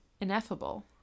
Ineffable